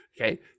okay